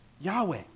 Yahweh